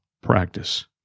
practice